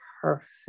perfect